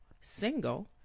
Single